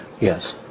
Yes